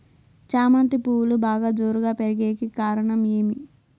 చామంతి పువ్వులు బాగా జోరుగా పెరిగేకి కారణం ఏమి?